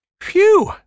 Phew